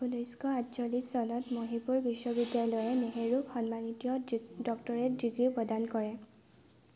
ঊনৈছশ আঠচল্লিছ চনত মহীশূৰ বিশ্ববিদ্যালয়ে নেহৰুক সন্মানীয় ডক্টৰেট ডিগ্ৰী প্ৰদান কৰে